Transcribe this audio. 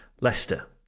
Leicester